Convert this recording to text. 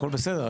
הכל בסדר,